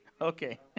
Okay